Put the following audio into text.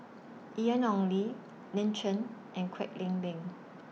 Ian Ong Li Lin Chen and Kwek Leng Beng